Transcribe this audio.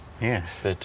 yes